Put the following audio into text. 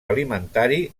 alimentari